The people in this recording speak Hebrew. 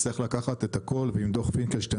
צריך לקחת את הכול ועם דוח פינקלשטיין